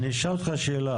אני אשאל אותך שאלה.